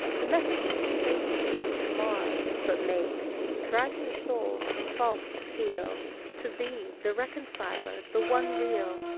the messengers of satan think to mar, but make driving the soul from false to feal to thee, the reconciler, the one real,